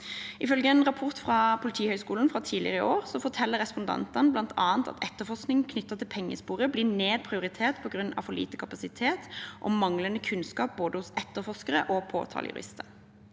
I en rapport fra Politihøgskolen fra tidligere i år forteller respondentene bl.a. at etterforskning knyttet til pengesporet blir nedprioritert på grunn av for lite kapasitet og manglende kunnskap hos både etterforskere og påtalejurister.